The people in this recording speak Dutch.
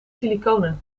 silicone